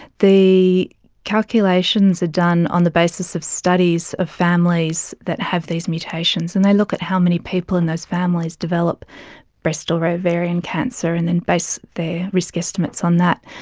the calculations are done on the basis of studies of families that have these mutations and they look at how many people in those families develop breast or ovarian cancer and then base their risk estimates on that.